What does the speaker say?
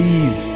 Leave